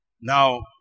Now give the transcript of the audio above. Now